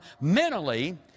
mentally